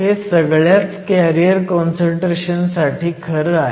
हे सगळ्याच career concentration साठी खरं आहे